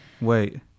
Wait